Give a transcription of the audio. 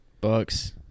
Bucks